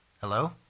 Hello